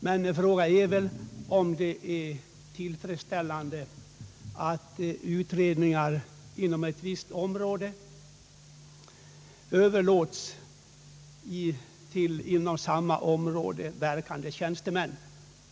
Men frågan är om det är tillfredsställande att utredningar inom ett visst område öÖöverlåts till inom samma område verkande tjänstemän.